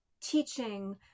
teaching